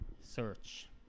search